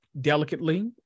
delicately